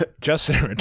Justin